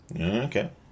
Okay